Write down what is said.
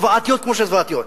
זוועתיות כמו שהן זוועתיות,